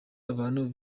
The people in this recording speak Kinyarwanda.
abantu